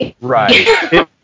Right